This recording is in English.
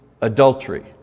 adultery